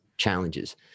challenges